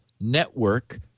network